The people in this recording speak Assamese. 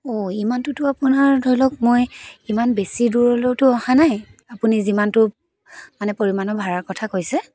অ' ইমানটোতো আপোনাৰ মই ধৰি লওক মই ইমান বেছি দূৰলৈওতো অহা নাই আপুনি যিমানটো মানে পৰিমাণৰ ভাৰা কথা কৈছে